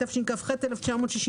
השתכ"ח-1968.